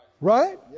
Right